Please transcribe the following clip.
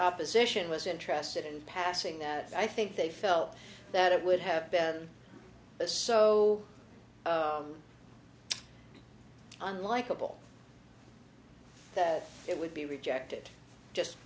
opposition was interested in passing that i think they felt that it would have been so unlikable that it would be rejected just